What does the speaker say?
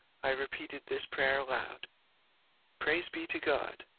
i repeated this prayer aloud praise be to god,